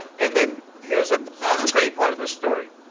and then here is another great part of the story.